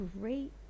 great